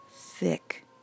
thick